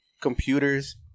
computers